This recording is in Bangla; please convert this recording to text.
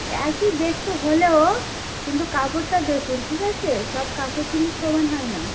একই দেখতে হলেও কিন্তু কাপড়টা দেখুন ঠিক আছে সব কাপড় কিন্তু সমান হয় না